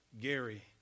Gary